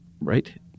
right